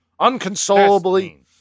Unconsolably